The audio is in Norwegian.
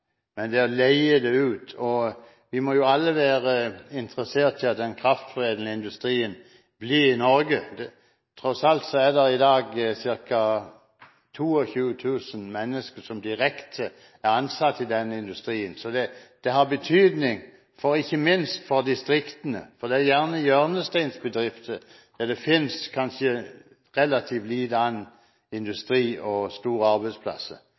men å leie det ut. Vi må jo alle være interesserte i at den kraftforedlende industrien forblir i Norge. Det er tross alt i dag ca. 22 000 mennesker som er direkte ansatt i denne industrien. Så det har betydning, ikke minst for distriktene, for dette er gjerne hjørnesteinsbedrifter, og det finnes kanskje relativt lite annen industri og store arbeidsplasser.